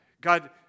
God